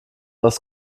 aus